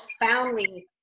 profoundly